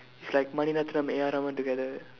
it's like Melania-Trump A R Rahman together